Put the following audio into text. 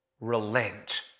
Relent